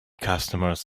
customers